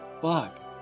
Fuck